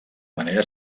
manera